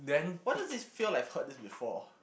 what does it feel like I've heard this before